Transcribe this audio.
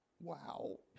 Wow